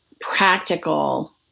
practical